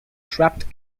trapped